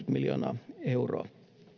miljoonaa euroa